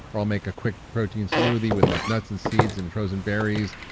or i'll make a quick protein smoothie with like nuts and seeds and frozen berries,